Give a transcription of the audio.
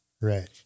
Right